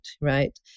right